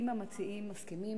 אם המציעים מסכימים,